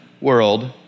world